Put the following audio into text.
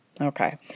Okay